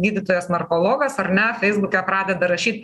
gydytojas narkologas ar ne feisbuke pradeda rašyt